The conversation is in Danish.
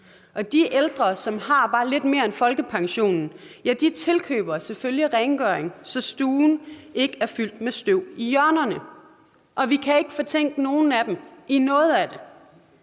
De ældre, som har bare lidt mere end folkepensionen, tilkøber selvfølgelig rengøring, så stuen ikke er fyldt med støv i hjørnerne. Vi kan ikke fortænke nogen af dem i noget af det,